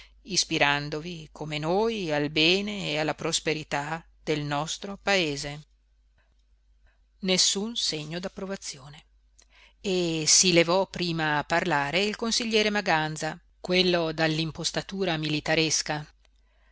ispirandovi come noi al bene e alla prosperità del nostro paese nessun segno d'approvazione e si levò prima a parlare il consigliere maganza quello dall'impostatura militaresca